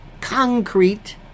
concrete